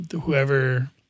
whoever